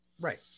Right